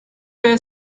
were